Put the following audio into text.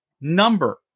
number